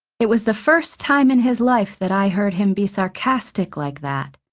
it was the first time in his life that i heard him be sarcastic like that.